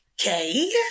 okay